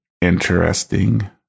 interesting